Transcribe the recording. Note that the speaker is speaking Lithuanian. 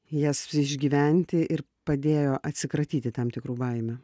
jas išgyventi ir padėjo atsikratyti tam tikrų baimių